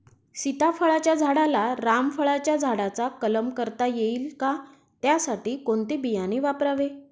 सीताफळाच्या झाडाला रामफळाच्या झाडाचा कलम करता येईल का, त्यासाठी कोणते बियाणे वापरावे?